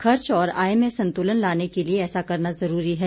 खर्च और आय में संतुलन लाने के लिए ऐसा करना ज़रूरी है